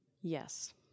Yes